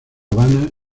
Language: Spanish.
habana